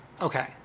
okay